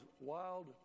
wild